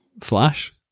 Flash